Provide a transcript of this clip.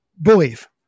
believe